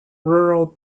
rural